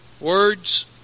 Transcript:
Words